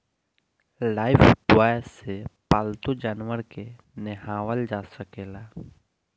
Lifebuoy से पाल्तू जानवर के नेहावल जा सकेला